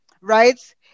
right